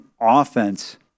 offense